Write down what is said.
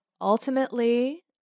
Ultimately